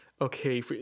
okay